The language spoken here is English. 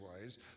ways